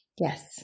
Yes